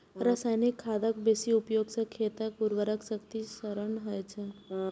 रासायनिक खादक बेसी उपयोग सं खेतक उर्वरा शक्तिक क्षरण होइ छै